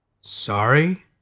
Sorry